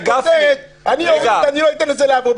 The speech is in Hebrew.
של גפני ------ לא את הכותרת אני לא אתן לזה לעבור.